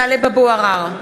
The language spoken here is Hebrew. (קוראת בשמות חברי הכנסת) טלב אבו עראר,